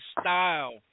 style